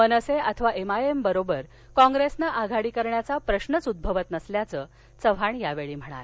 मनसे अथवा M I M बरोबर काँप्रेसने आघाडी करण्याचा प्रश्चच उद्भवत नसल्याचं चव्हाण यांनी सांगितलं